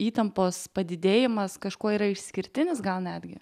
įtampos padidėjimas kažkuo yra išskirtinis gal netgi